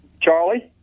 Charlie